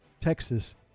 Texas